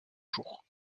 jours